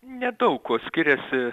nedaug kuo skiriasi